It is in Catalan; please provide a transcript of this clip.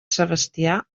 sebastià